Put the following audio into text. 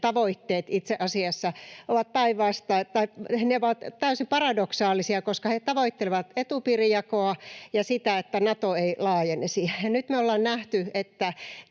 asiassa ovat täysin paradoksaalisia, koska he tavoittelevat etupiirijakoa ja sitä, että Nato ei laajenisi, ja nyt me ollaan nähty,